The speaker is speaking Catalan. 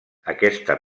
aquesta